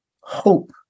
Hope